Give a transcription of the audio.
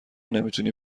نمیتونی